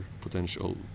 potential